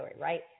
right